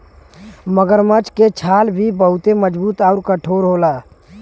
मगरमच्छ के छाल भी बहुते मजबूत आउर कठोर होला